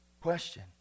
Question